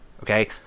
okay